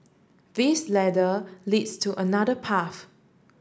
this ladder leads to another path